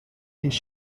these